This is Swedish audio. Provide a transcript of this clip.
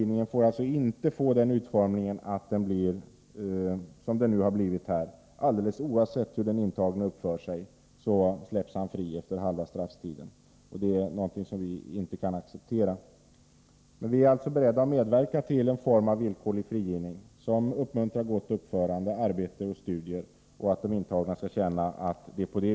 Det får alltså inte vara som det är nu, att alldeles oavsett hur den intagne har uppfört sig släpps han fri efter halva strafftiden. Det kan vi inte acceptera.